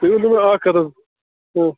تُہۍ ؤنۍتَو مےٚ اَکھ کَتھ حظ